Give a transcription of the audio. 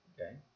Okay